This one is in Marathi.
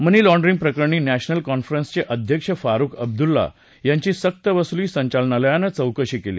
मनी लॉड्रींग प्रकरणी नॅशनल कॉन्फरन्सचे अध्यक्ष फारूख अब्दुला यांची सक्तवसुली संचालनालयानं चौकशी केली